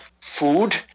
food